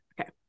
Okay